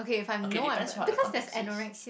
okay depends what the context is